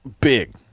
big